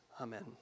Amen